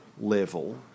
level